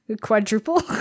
quadruple